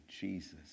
Jesus